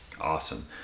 Awesome